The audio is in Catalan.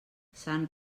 sant